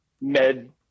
med